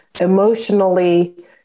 emotionally